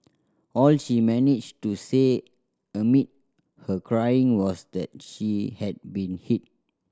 all she managed to say amid her crying was that she had been hit